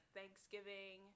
Thanksgiving